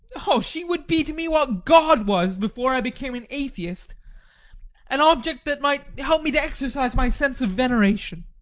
oh, she would be to me what god was before i became an atheist an object that might help me to exercise my sense of veneration.